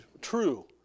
true